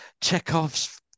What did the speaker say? Chekhov's